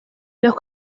los